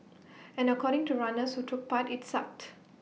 and according to runners who took part IT sucked